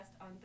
on